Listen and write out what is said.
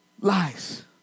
lies